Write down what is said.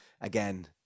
again